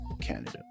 Canada